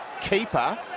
keeper